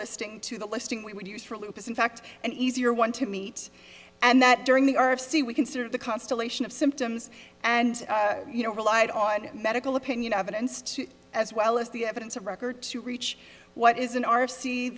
listing to the listing we would use for lupus in fact an easier one to meet and that during the r c we considered the constellation of symptoms and you know relied on medical opinion evidence to as well as the evidence of record to reach what is an